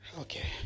Okay